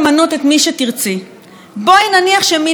בואי נניח שמינית את כל השופטים השמרנים